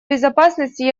безопасности